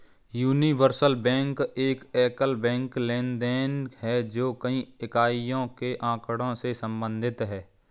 universal bank एक एकल banking लेनदेन है, जो एक इकाई के आँकड़ों से संबंधित है